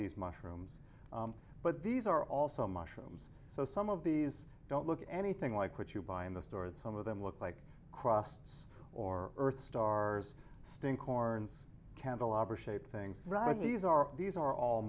these mushrooms but these are also mushrooms so some of these don't look anything like what you buy in the store and some of them look like crossed or earth stars stink corns candelabra shaped things right these are these are all